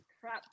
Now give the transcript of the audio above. Crap